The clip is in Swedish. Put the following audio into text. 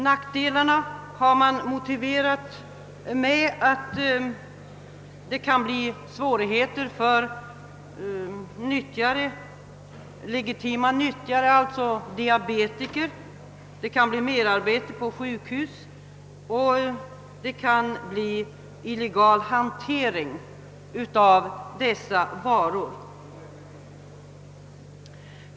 Nackdelarna har uppgivits bestå däri att det kan bli svårigheter för legitima nyttjare, d.v.s. diabetiker, att det kan bli merarbete på sjukhusen och att det kan uppkomma en illegal hantering av dessa varor.